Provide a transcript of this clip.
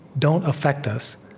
don't affect us.